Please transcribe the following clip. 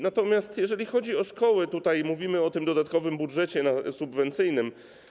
Natomiast jeżeli chodzi o szkołę, to mówimy o tym dodatkowym budżecie subwencyjnym.